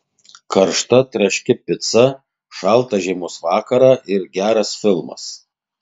karšta traški pica šaltą žiemos vakarą ir geras filmas